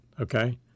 okay